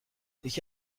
یکی